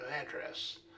address